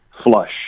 flush